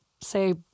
say